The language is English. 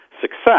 success